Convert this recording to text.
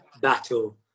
battle